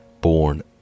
born